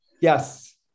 yes